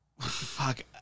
fuck